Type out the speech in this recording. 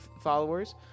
followers